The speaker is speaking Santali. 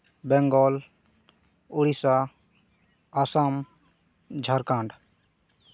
ᱵᱮᱝᱜᱚᱞ ᱳᱰᱤᱥᱟ ᱟᱥᱟᱢ ᱡᱷᱟᱲᱠᱷᱚᱸᱰ